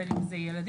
בין אם זה ילדים.